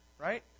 right